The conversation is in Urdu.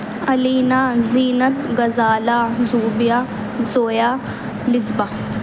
علینہ زینت غزالہ زوبیہ زویا لزبہ